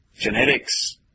Genetics